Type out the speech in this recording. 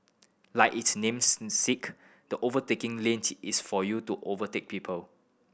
like its names sake the overtaking lane is for you to overtake people